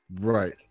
Right